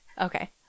Okay